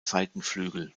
seitenflügel